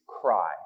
cry